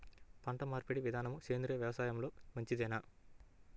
పంటమార్పిడి విధానము సేంద్రియ వ్యవసాయంలో మంచిదేనా?